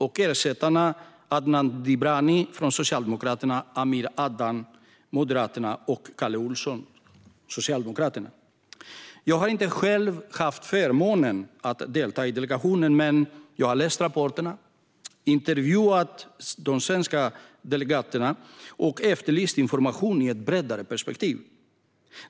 Suppleanter är Adnan Dibrani, Socialdemokraterna, Amir Adan, Moderaterna och Kalle Olsson, Socialdemokraterna. Jag har inte själv haft förmånen att delta i delegationen, men jag har läst rapporterna, intervjuat de svenska delegaterna och efterlyst information i ett bredare perspektiv.